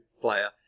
player